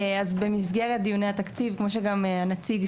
כבר נאמר כמה פעמים במסגרת דיוני התקציב וכמו שגם התייחס